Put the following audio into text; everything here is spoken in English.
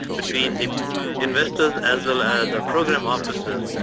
between the investors as well as our program officers.